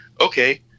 Okay